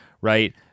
right